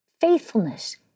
faithfulness